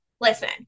listen